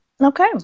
Okay